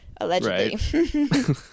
allegedly